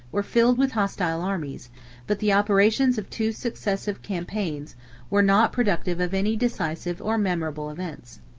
were filled with hostile armies but the operations of two successive campaigns were not productive of any decisive or memorable events.